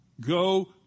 Go